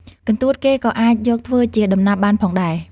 កន្ទួតគេក៏អាចយកធ្វើជា ដំណាប់បានផងដែរ។